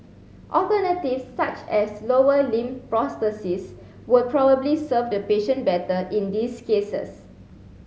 alternatives such as lower limb prosthesis will probably serve the patient better in these cases